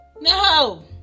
no